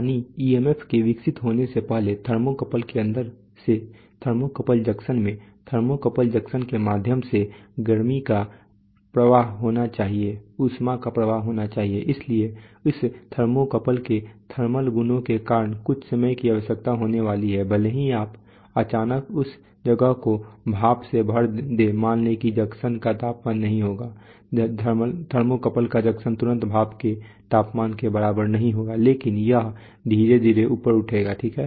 यानी EMF के विकसित होने से पहले थर्मोवेल के अंदर से थर्मोकपल जंक्शन में थर्मोकपल जंक्शन के माध्यम से गर्मी का प्रवाह होना चाहिए इसलिए इस थर्मोवेल के थर्मल गुणों के कारण कुछ समय की आवश्यकता होने वाली है भले ही आप अचानक इस जगह को भाप से भर दें मान लें कि जंक्शन का तापमान नहीं होगा थर्मोकपल का जंक्शन तुरंत भाप के तापमान के बराबर नहीं होगा लेकिन यह धीरे धीरे ऊपर उठेगा ठीक है